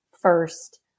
first